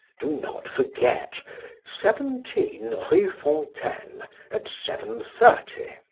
do not forget seventeen rue fontaine at seven thirty.